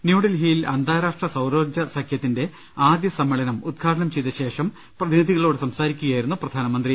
ന്യൂഡൽഹിയിൽ അന്താരാഷ്ട്ര സൌരോർജ്ജ സഖ്യ ത്തിന്റെ ആദ്യ സമ്മേളനം ഉദ്ഘാടനം ചെയ്തശേഷം പ്രതിനിധികളോട് സംസാ രിക്കുകയായിരുന്നു പ്രധാനമന്ത്രി